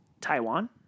Taiwan